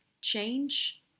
change